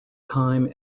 time